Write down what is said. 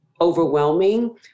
overwhelming